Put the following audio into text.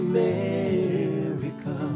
America